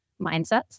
mindsets